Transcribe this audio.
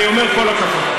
אני אומר כל הכבוד.